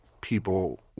people